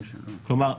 כלומר,